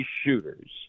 shooters